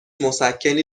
مسکنی